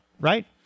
right